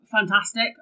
fantastic